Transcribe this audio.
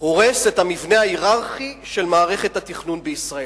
הורס את המבנה ההייררכי של מערכת התכנון בישראל.